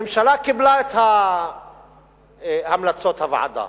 הממשלה קיבלה את המלצות הוועדה